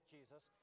Jesus